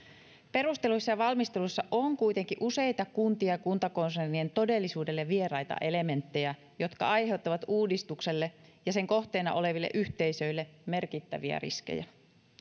perusteluissa ja valmistelussa on kuitenkin useita kuntien ja kuntakonsernien todellisuudelle vieraita elementtejä jotka aiheuttavat uudistukselle ja sen kohteena oleville yhteisöille merkittäviä riskejä